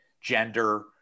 gender